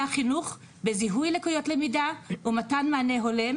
החינוך בזיהוי לקויות למידה ומתן מענה הולם,